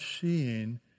seeing